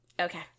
okay